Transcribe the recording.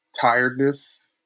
tiredness